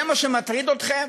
זה מה שמטריד אתכם?